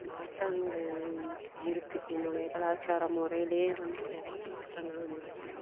மாற்றங்கள் இருக்குது என்னுடைய கலாச்சார முறையிலே வந்து நிறைய மாற்றங்கள் வந்துருச்சு